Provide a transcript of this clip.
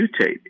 mutate